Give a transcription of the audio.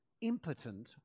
impotent